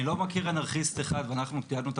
אני לא מכיר אנרכיסט אחד ואנחנו תיעדנו את